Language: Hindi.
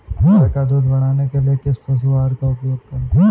गाय का दूध बढ़ाने के लिए किस पशु आहार का उपयोग करें?